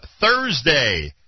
Thursday